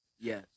Yes